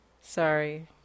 Sorry